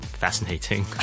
fascinating